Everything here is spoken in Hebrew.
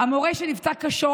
המורה שנפצע קשות